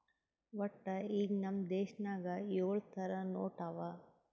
ವಟ್ಟ ಈಗ್ ನಮ್ ದೇಶನಾಗ್ ಯೊಳ್ ಥರ ನೋಟ್ ಅವಾ